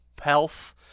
health